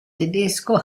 tedesco